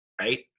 right